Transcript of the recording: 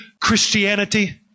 Christianity